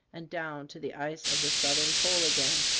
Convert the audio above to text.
and down to the ice of the southern pole again,